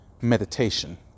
meditation